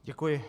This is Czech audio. Děkuji.